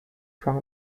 from